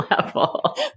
level